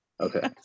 okay